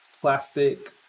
plastic